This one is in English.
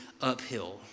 uphill